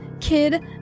kid